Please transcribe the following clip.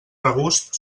regust